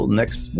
next